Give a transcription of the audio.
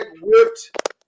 whipped